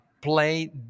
play